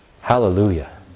Hallelujah